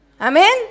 Amen